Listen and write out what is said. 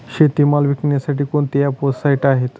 शेतीमाल विकण्यासाठी कोणते ॲप व साईट आहेत?